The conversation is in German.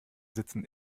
sitzen